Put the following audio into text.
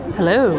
Hello